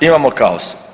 Imamo kaos.